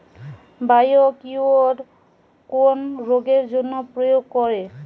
Biocure কোন রোগেরজন্য প্রয়োগ করে?